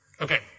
Okay